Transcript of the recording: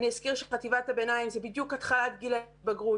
אני אזכיר שחטיבת הביניים זה בדיוק התחלת גיל ההתבגרות,